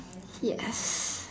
yes